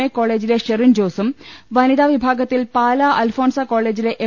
A കോളേജിലെ ഷെറിൻ ജോസും വനിതാ വിഭാഗത്തിൽ പാല അൽഫോൺസ കോളേജിലെ എം